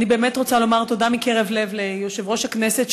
אני באמת רוצה לומר תודה מקרב לב ליושב-ראש הכנסת,